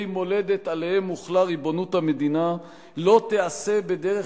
מולדת שעליהם הוחלה ריבונות המדינה לא תיעשה בדרך